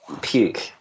Puke